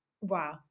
wow